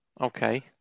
okay